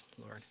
Lord